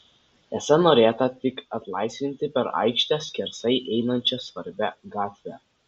esą norėta tik atlaisvinti per aikštę skersai einančią svarbią gatvę